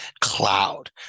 cloud